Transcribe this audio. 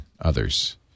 others